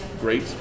great